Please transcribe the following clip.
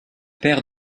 paire